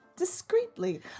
discreetly